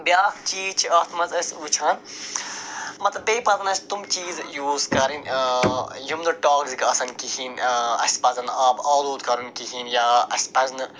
بیٛاکھ چیٖز چھِ اَتھ منٛز أسۍ وٕچھان مطلب بیٚیہِ پَزَن اَسہِ تِم چیٖز یوٗز کَرٕنۍ یِم نہٕ ٹاکزِک آسَن کِہیٖنۍ اَسہِ پَزَن نہٕ آب آلوٗد کَرُن کِہیٖنۍ یا اَسہِ پَزِنہٕ